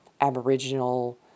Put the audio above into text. aboriginal